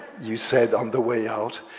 you said on the way out,